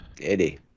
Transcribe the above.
Eddie